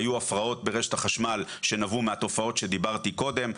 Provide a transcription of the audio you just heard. היו הפרעות ברשת החשמל שנבעו מהתופעות שדיברתי קודם.